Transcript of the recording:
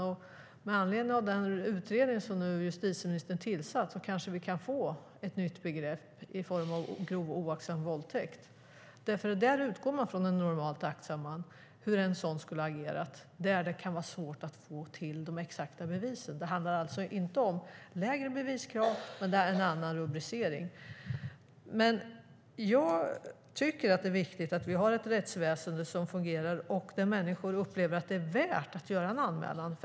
I och med den utredning som justitieministern har tillsatt kanske vi kan få et nytt begrepp i form av grov oaktsam våldtäkt. Där är utgångspunkten en normalt aktsam man och hur en sådan skulle ha agerat i de fall där det kan vara svårt att få fram de exakta bevisen. Det handlar alltså inte om lägre beviskrav, men det är en annan rubricering. Jag tycker att det är viktigt att vi har ett rättsväsen som fungerar och där människor upplever att det är värt att göra en anmälan.